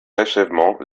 achèvement